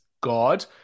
God